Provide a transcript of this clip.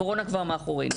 הקורונה כבר מאחורינו,